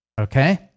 Okay